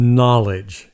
knowledge